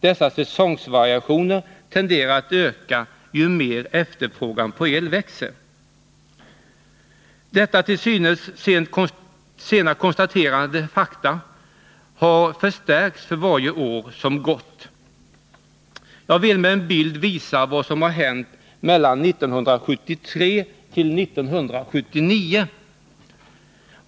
Dessa säsongsvariationer tenderar att öka ju mer efterfrågan på el växer.” Detta till synes sent konstaterade faktum har förstärkts för varje år som gått. Den bild som jag nu visar på bildskärmen anger vad som har hänt mellan 1973 och 1979.